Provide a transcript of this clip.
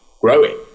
growing